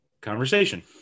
conversation